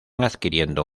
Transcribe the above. adquiriendo